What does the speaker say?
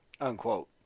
unquote